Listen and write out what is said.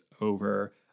over